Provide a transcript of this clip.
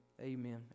amen